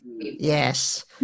Yes